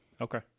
Okay